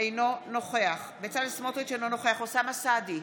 אינו נוכח בצלאל סמוטריץ' אינו נוכח אוסאמה סעדי,